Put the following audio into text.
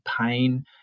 pain